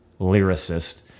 lyricist